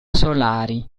solari